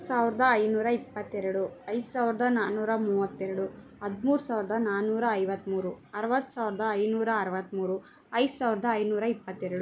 ಸಾವಿರ್ದ ಐನೂರ ಇಪ್ಪತ್ತೆರಡು ಐದು ಸಾವಿರ್ದ ನಾನ್ನೂರ ಮೂವತ್ತೆರಡು ಹದ್ಮೂರು ಸಾವಿರ್ದ ನಾನ್ನೂರ ಐವತ್ತ್ಮೂರು ಅರ್ವತ್ತು ಸಾವ್ರದ ಐನೂರ ಅರವತ್ತ್ಮೂರು ಐದು ಸಾವಿರ್ದ ಐನೂರ ಇಪ್ಪತ್ತೆರಡು